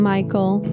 Michael